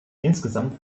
insgesamt